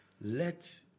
let